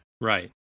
Right